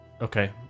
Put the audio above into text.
Okay